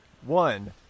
one